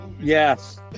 Yes